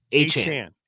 Achan